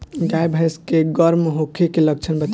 गाय भैंस के गर्म होखे के लक्षण बताई?